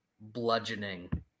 bludgeoning